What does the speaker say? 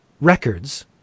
records